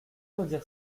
redire